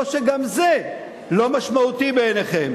או שגם זה לא משמעותי בעיניכם?